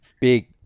Big